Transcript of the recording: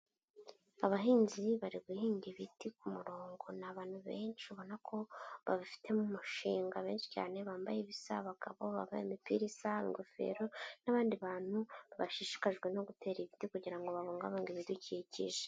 Abahinzi bari guhinga ibiti ku murongo, ni abantu benshi ubona ko babifitemo umushinga, benshi cyane bambaye ibisa, abagabo bambaye imipira isa, ingofero n'abandi bantu bashishikajwe no gutera ibiti kugira ngo babungabunge ibidukikije.